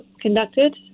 conducted